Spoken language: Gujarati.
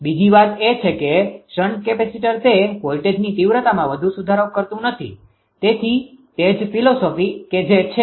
બીજી વાત એ છે કે શન્ટ કેપેસિટર તે વોલ્ટેજની તીવ્રતામાં વધુ સુધારો કરતું નથી તેથી તે જ ફિલોસોફીphilosophyતત્વજ્ઞાન કે જે છે